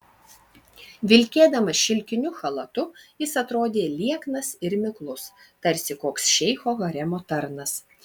vilkėdamas šilkiniu chalatu jis atrodė lieknas ir miklus tarsi koks šeicho haremo tarnas